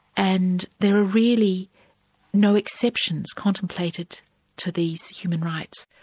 and there are really no exceptions contemplated to these human rights.